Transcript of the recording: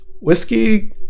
whiskey